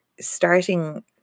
starting